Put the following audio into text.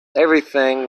everything